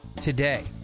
today